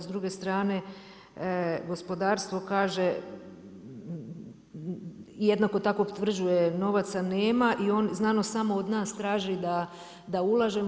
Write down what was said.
S druge strane gospodarstvo kaže jednako tako utvrđuje novaca nema i znanost samo od nas traži da ulažemo.